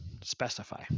specify